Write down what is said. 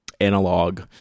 analog